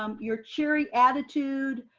um your cheery attitude,